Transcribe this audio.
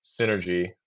synergy